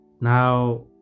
now